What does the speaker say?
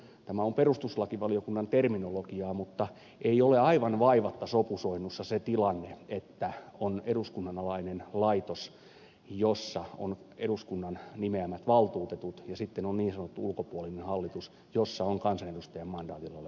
tämä on perustuslakivaliokunnan terminologiaa mutta ei ole aivan vaivatta sopusoinnussa se tilanne että on eduskunnan alainen laitos jossa on eduskunnan nimeämät valtuutetut ja sitten on niin sanottu ulkopuolinen hallitus jossa on kansanedustajan mandaatilla oleva henkilö